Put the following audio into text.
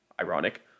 ironic